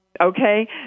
Okay